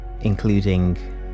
including